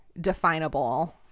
definable